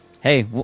Hey